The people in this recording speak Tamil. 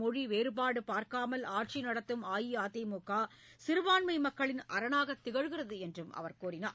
மொழி வேறுபாடு பார்க்காமல் ஆட்சி நடத்தும் அஇஅதிமுக சிறுபான்மை மக்களின் அரணாக திகழ்கிறது என்றும் தெரிவித்தார்